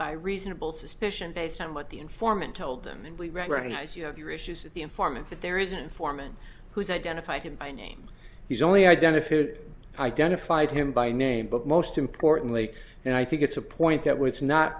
by reasonable suspicion based on what the informant told them and we recognize you have your issues at the informant that there is a foreman who's identified him by name he's only identified identified him by name but most importantly and i think it's a point that was not